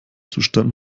zustand